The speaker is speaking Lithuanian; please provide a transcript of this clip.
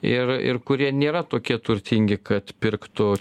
ir ir kurie nėra tokie turtingi kad pirktų